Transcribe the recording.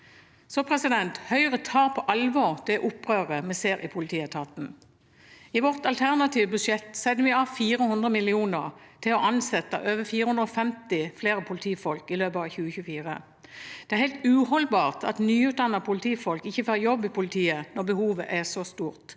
Høyre tar på alvor det opprøret vi ser i politietaten. I vårt alternative budsjett setter vi av 400 mill. kr til å ansette over 450 flere politifolk i løpet av 2024. Det er helt uholdbart at nyutdannede politifolk ikke får jobb i politiet når behovet er så stort.